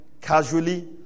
casually